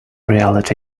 reality